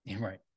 Right